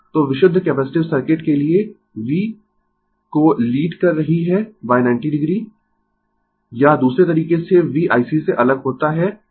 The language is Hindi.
तो विशुद्ध कैपेसिटिव सर्किट के लिएI V को लीड कर रही है 90 o या दूसरे तरीके से V IC से अलग होता है 90 o